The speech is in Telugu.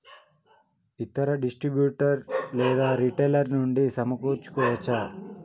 ఇతర డిస్ట్రిబ్యూటర్ లేదా రిటైలర్ నుండి సమకూర్చుకోవచ్చా?